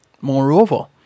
Moreover